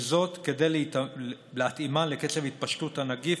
וזאת כדי להתאימה לקצב התפשטות הנגיף